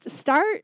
start